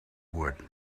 wood